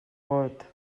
vot